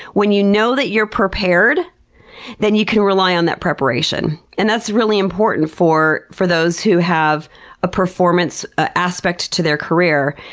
when you know that you're prepared then you can rely on that preparation, and that's really important for for those who have a performance aspect to their career.